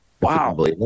wow